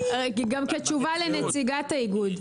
גם כתשובה לנציגת האיגוד.